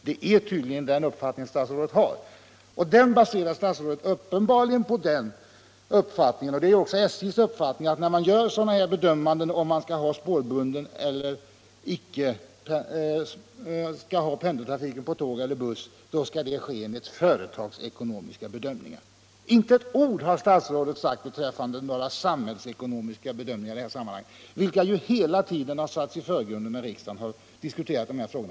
Det är tydligen den uppfattningen statsrådet har och den baserar han på det förhållandet — och det är också SJ:s inställning — att när man överväger om man skall ha pendeltrafiken på tåg eller buss, då skall man utgå från företagsekonomiska bedömningar. Inte ett ord har statsrådet sagt om några samhällsekonomiska bedömningar i det här sammanhanget, trots att dessa hela tiden har satts i förgrunden när riksdagen diskuterat dessa frågor.